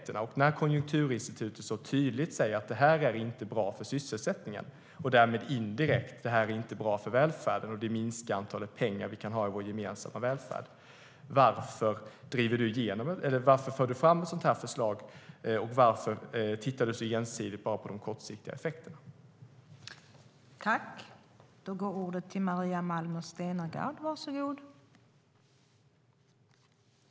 Min fråga till dig är då: När Konjunkturinstitutet så tydligt säger att det här inte är bra för sysselsättningen, och därmed indirekt inte är bra för välfärden, och att det minskar summan pengar vi kan ha i vår gemensamma välfärd, varför för du fram ett sådant förslag och varför tittar du så ensidigt bara på de kortsiktiga effekterna?